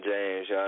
James